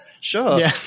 Sure